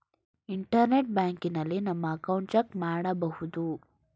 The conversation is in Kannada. ಇಂಟರ್ನೆಟ್ ಬ್ಯಾಂಕಿನಲ್ಲಿ ನಮ್ಮ ಅಕೌಂಟ್ ಚೆಕ್ ಮಾಡಬಹುದು